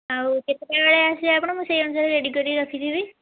ଆଉ କେତେଟାବେଳେ ଆସିବେ ଆପଣ ମୁଁ ସେଇଅନୁସାରେ ରେଡ଼ି କରିକି ରଖିଥିବି